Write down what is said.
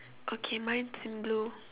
okay mine is in blue